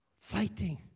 Fighting